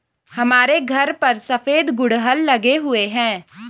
हमारे घर पर सफेद गुड़हल लगे हुए हैं